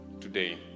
today